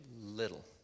little